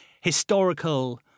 historical